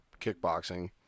kickboxing